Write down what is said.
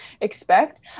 expect